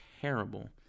terrible